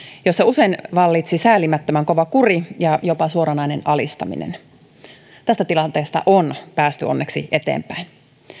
jossa usein vallitsi säälimättömän kova kuri ja jopa suoranainen alistaminen tästä tilanteesta on päästy onneksi eteenpäin